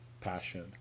passion